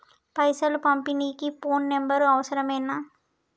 పైసలు పంపనీకి phone number అవసరమేనా?